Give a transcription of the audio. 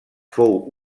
fou